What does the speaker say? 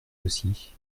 aussi